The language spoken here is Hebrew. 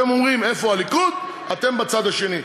אתם אומרים: איפה הליכוד אתם בצד השני.